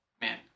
Man